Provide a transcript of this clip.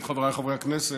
חבריי חברי הכנסת,